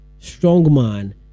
Strongman